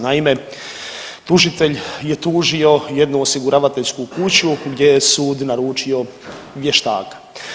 Naime, tužitelj je tužio jednu osiguravajuću kuću gdje je sud naručio vještaka.